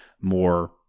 more